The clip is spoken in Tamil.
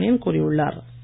சுப்ரமணியன் கூறியுள்ளார்